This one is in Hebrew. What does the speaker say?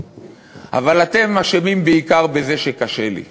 אבל בעיקר אתם אשמים בזה שקשה לי.